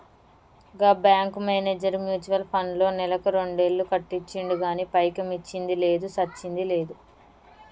గా bank manager mutual ఫండ్లో నెలకు రెండేలు కట్టించిండు గానీ పైకమొచ్చ్చింది లేదు, సచ్చింది లేదు